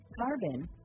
carbon